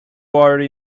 already